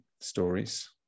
stories